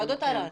ועדות ערר.